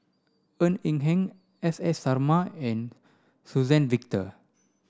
Ng Eng Hen S S Sarma and Suzann Victor